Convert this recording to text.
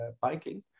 biking